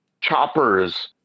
choppers